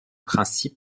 principes